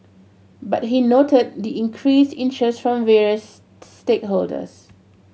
but he noted the increased interest from various stakeholders